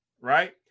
right